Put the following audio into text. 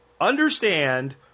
understand